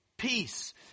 Peace